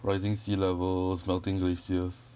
rising sea levels melting glaciers